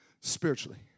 spiritually